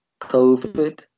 COVID